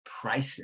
prices